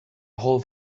whole